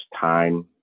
time